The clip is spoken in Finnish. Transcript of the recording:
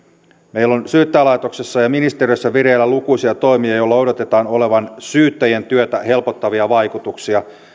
meillä on syyttäjälaitoksessa ja ministeriössä vireillä lukuisia toimia joilla odotetaan olevan syyttäjien työtä helpottavia vaikutuksia